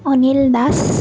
Anil Das